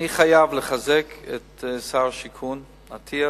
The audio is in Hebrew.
אני חייב לחזק את שר השיכון, אטיאס,